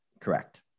Correct